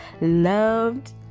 loved